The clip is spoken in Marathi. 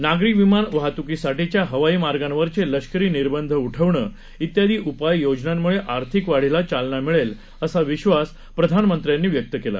नागरी विमान वाहत्कीसाठीच्या हवाई मार्गांवरचे लष्करी निर्बंध उठवणं इत्यादी उपाय योजनांमुळे आर्थिक वाढीला चालना मिळेल असा विश्वास प्रधानमंत्र्यांनी व्यक्त केला